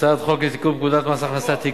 הצעת חוק לתיקון פקודת מס הכנסה (מס' 185)